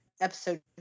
episode